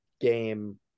game